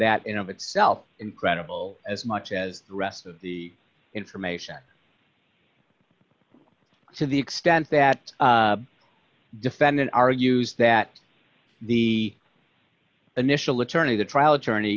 that in of itself incredible as much as the rest of the information to the extent that defendant argues that the initial attorney the trial attorney